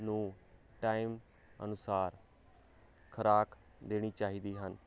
ਨੂੰ ਟਾਈਮ ਅਨੁਸਾਰ ਖੁਰਾਕ ਦੇਣੀ ਚਾਹੀਦੀ ਹਨ